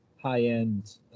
high-end